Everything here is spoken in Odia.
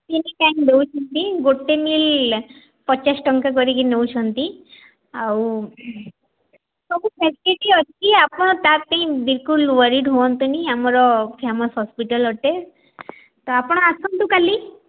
ତିନି ଟାଇମ୍ ଦେଉଛନ୍ତି ଗୋଟେ ମିଲ୍ ପଚାଶ ଟଙ୍କା କରିକି ନେଉଛନ୍ତି ଆଉ ସବୁ ସେତିକି ଅଛି ଆପଣ ତାପାଇଁ ବିଲକୁଲ ୱରିଡ଼୍ ହୁଅନ୍ତୁନି ଆମର ଫେମସ୍ ହସ୍ପିଟାଲ୍ ଅଟେ ତ ଆପଣ ଆସନ୍ତୁ କାଲି